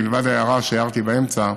מלבד ההערה שהערתי באמצע,